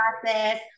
process